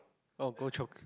oh go chiong